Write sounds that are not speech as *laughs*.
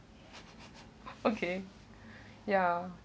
*laughs* okay ya